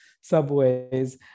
subways